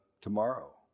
tomorrow